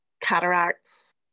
cataracts